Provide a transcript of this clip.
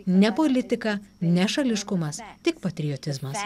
ne politika ne šališkumas tik patriotizmas